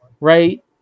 right